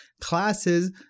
Classes